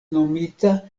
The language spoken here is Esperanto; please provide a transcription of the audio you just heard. nomita